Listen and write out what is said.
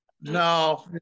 No